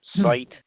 site